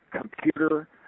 computer